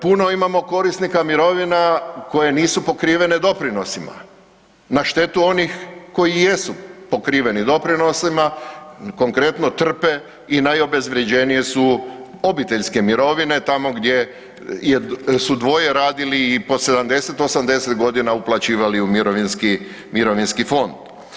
Puno imamo korisnika mirovina koje nisu pokrivene doprinosima na štetu onih koji jesu pokriveni doprinosima, konkretno trpe i najobezvređenije su obiteljske mirovine tamo gdje su dvoje radili i po 70, 80 godina uplaćivali u mirovinski fond.